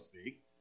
speak